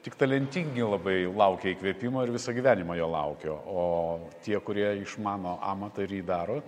tik talentingi labai laukia įkvėpimo ir visą gyvenimą jo laukia o tie kurie išmano amatą ir jį daro